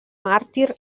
màrtir